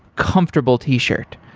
comfortable t-shift.